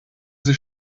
sich